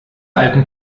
alten